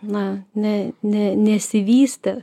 na ne ne nesivystė